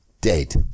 dead